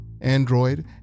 Android